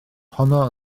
honno